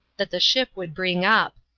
that the ship would bring up.